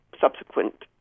subsequent